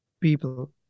People